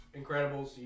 Incredibles